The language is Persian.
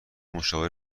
مشاوره